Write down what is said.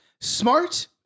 Smart